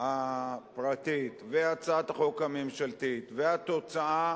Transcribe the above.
הפרטית והצעת החוק הממשלתית, והתוצאה